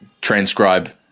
transcribe